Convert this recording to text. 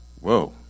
Whoa